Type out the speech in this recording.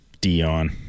Dion